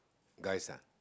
guys ah